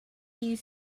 you